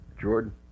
Jordan